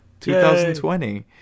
2020